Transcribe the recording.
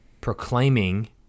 proclaiming